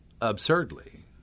Absurdly